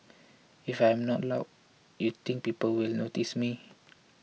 if I am not loud you think people will notice me